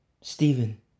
Stephen